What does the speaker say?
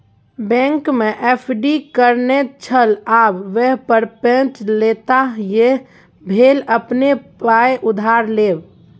बैंकमे एफ.डी करेने छल आब वैह पर पैंच लेताह यैह भेल अपने पाय उधार लेब